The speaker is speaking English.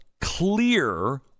clear